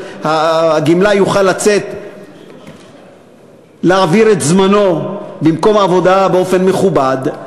הגמלאי יוכל לצאת להעביר את זמנו במקום עבודה באופן מכובד,